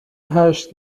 هشت